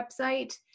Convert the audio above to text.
website